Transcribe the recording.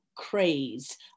craze